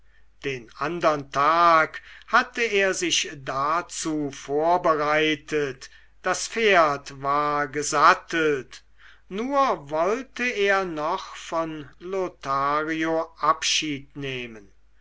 den andern tag hatte er sich dazu vorbereitet das pferd war gesattelt nur wollte er noch von lothario abschied nehmen